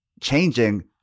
changing